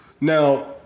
Now